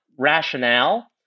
rationale